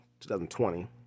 2020